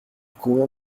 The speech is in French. convient